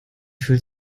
fühlt